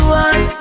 one